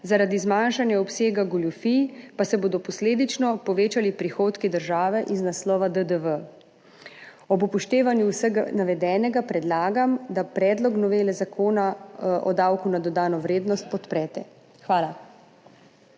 zaradi zmanjšanja obsega goljufij pa se bodo posledično povečali prihodki države iz naslova DDV. Ob upoštevanju vsega navedenega predlagam, da podprete predlog novele Zakona o davku na dodano vrednost. Hvala.